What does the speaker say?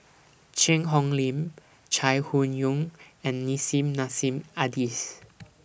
Cheang Hong Lim Chai Hon Yoong and Nissim Nassim Adis